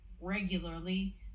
regularly